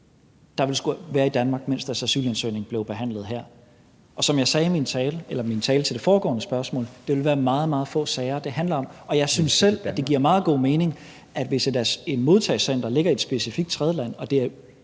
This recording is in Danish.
at man skal være i Danmark, mens ens asylansøgning bliver behandlet her. Og som jeg sagde i mit svar til det foregående spørgsmål, vil det være meget, meget få sager, det handler om. Jeg synes selv, det giver meget god mening, at hvis et modtagecenter ligger i et specifikt tredjeland, og at det er